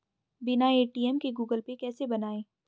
बिना ए.टी.एम के Google Pay कैसे बनायें?